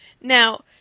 Now